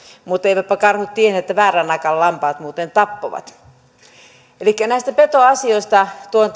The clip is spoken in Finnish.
mutta eivätpä karhut tienneet että väärään aikaan lampaat muuten tappoivat näistä petoasioista tuon